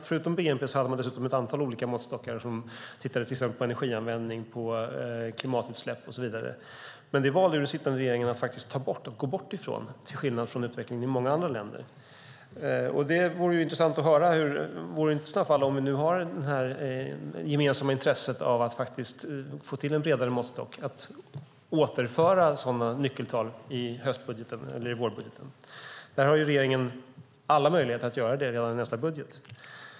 Förutom bnp hade man ett antal olika måttstockar där man tittade på exempelvis energianvändning, klimatutsläpp och så vidare. Men det valde den sittande regeringen att gå bort ifrån, till skillnad från hur utvecklingen har sett ut i många andra länder. Det vore intressant att höra, om vi nu har det gemensamma intresset av att få till en bredare måttstock, om det går att återföra sådana nyckeltal i höstbudgeten eller i vårbudgeten. Regeringen har alla möjligheter att göra det redan i nästa budget.